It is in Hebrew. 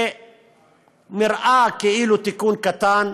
זה נראה כאילו תיקון קטן,